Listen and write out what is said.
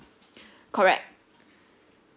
correct